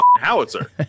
howitzer